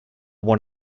one